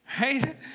Right